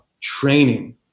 training